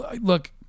look